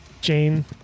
jane